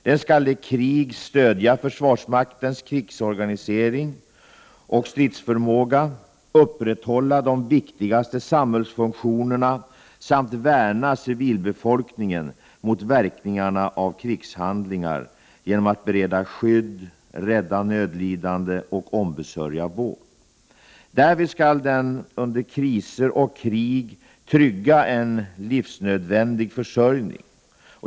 Den skall i krig stödja försvarsmaktens krigsorganisering och stridsförmåga, upprätthålla de viktigaste samhällsfunktionerna samt värna civilbefolkningen mot verkningarna av krigshandlingar genom att bereda skydd, rädda nödlidande och ombesörja vård. Därtill skall den under kriser och krig trygga en livsnödvändig försörjning.